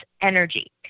energy